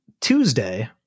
Tuesday